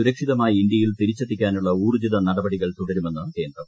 സുരക്ഷിതമായി ഇന്ത്യയിൽ തിരിച്ചെത്തിക്കാനുള്ള ഊർജജിത നടപടികൾ തുടരുമെന്ന് കേന്ദ്രം